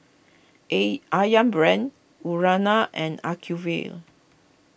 A Ayam Brand Urana and Acuvue